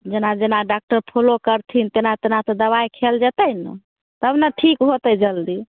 जेना जेना doctor follow करथिन तेना तेना तऽ दबाइ खाएल जेतै ने तब ने ठीक होतै जल्दी